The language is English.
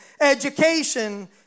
education